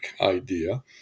idea